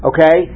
Okay